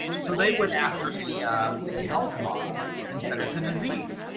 so they went after the the health model and said it's a disease.